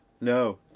No